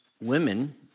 women